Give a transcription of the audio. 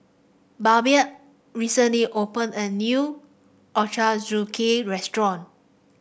Babette recently opened a new Ochazuke restaurant